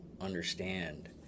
understand